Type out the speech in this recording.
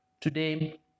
Today